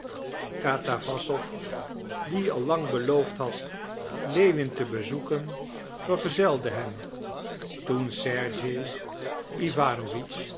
katawassow die al lang beloofd had lewin te bezoeken vergezelde hem toen sergej